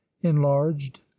enlarged